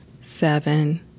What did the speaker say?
seven